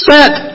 Set